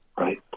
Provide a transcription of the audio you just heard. Right